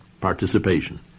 participation